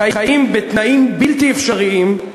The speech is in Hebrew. חיים בתנאים בלתי אפשריים,